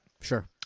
Sure